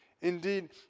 Indeed